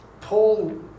Paul